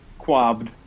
Quabbed